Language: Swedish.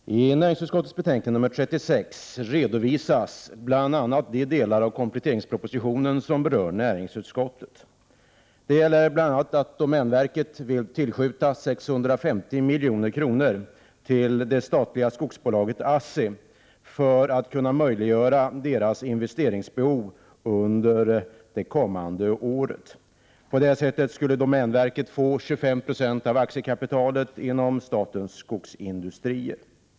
Herr talman! I näringsutskottets betänkande nr 36 redovisas bl.a. de delar av kompletteringspropositionen som berör näringsutskottet. Det gäller bl.a. att domänverket vill tillskjuta 650 milj.kr. till det statliga skogsbolaget ASSI för att tillgodose bolagets investeringsbehov under det kommande året. Domänverket skulle på det sättet få 25 Z av aktiekapitalet i AB Statens Skogsindustrier .